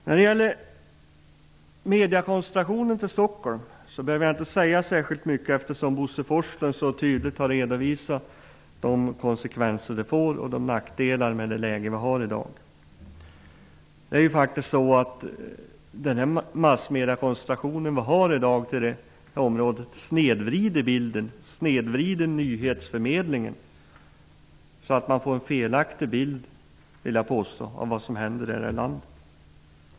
När det gäller mediekoncentrationen till Stockholm behöver jag inte säga särskilt mycket, eftersom Bo Forslund så tydligt har redovisat konsekvenserna av och nackdelarna med dagens läge. Mediekoncentrationen till det här området snedvrider bilden och nyhetsförmedlingen, så att människor får en felaktig bild av vad som händer i landet.